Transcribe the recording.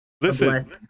Listen